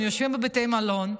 הם יושבים בבתי מלון,